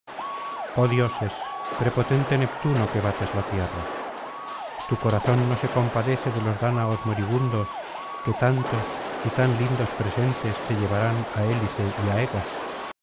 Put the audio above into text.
dioses prepotente neptuno que bates la tierra tu corazón no se compadece de los dáñaos moribundos que tantos y tan lindos presentes te llevaban á hélice y á egas